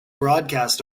broadcast